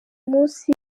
munsi